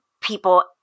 people